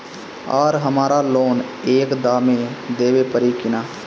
आर हमारा लोन एक दा मे देवे परी किना?